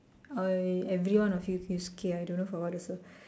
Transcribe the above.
I everyone of you use k I don't know for what also